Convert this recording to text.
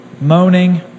moaning